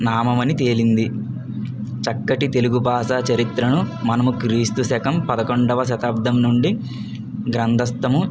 నామమని తేలింది చక్కటి తెలుగు భాష చరిత్రను మనము క్రీస్తు శకం పదకొండవ శతాబ్దం నుండి గ్రంథస్థము